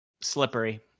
Slippery